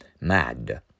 mad